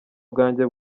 bwanjye